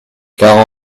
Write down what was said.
car